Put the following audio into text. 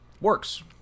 works